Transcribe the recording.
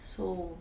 so